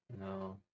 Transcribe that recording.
No